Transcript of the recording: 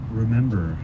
remember